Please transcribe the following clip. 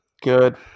Good